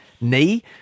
knee